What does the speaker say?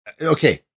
okay